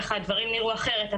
ככה הדברים נראו אחרת,